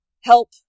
help